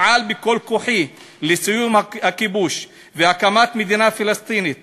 אפעל בכל כוחי לסיום הכיבוש והקמת מדינה פלסטינית